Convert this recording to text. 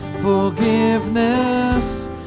Forgiveness